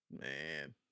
Man